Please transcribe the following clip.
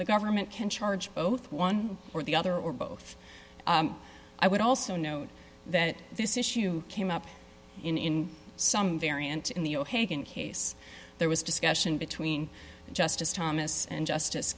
the government can charge both one or the other or both i would also note that this issue came up in some variant in the o'hagan case there was discussion between justice thomas and justice